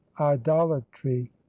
idolatry